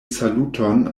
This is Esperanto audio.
saluton